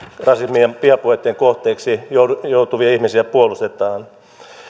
rasismin ja vihapuheitten kohteeksi joutuvia ihmisiä puolustetaan